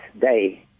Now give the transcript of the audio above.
day